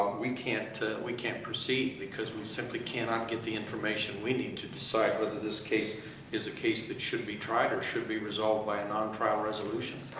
we can't we can't proceed because we simply cannot get the information we need to decide whether this case is a case that should be tried and should be resolved by a non-trial resolution.